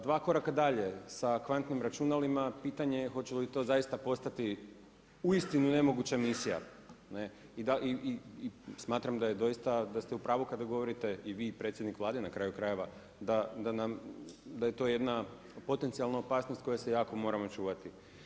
Dva koraka dalje sa kvantnim računalima pitanje je hoće li to zaista postati uistinu nemoguća misija i smatram da ste u pravu kada govorite i vi i predsjednik Vlade na kraju krajeva da je to jedna potencijalna opasnost koje se jako moramo čuvati.